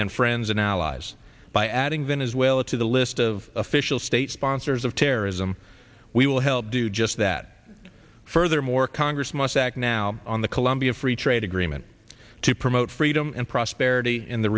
and friends and allies by adding venezuela to the list of official state sponsors of terrorism we will help do just that furthermore congress must act now on the colombia free trade agreement to promote freedom and prosperity in the